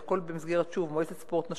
זה הכול במסגרת מועצת ספורט נשים.